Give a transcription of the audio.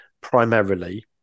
primarily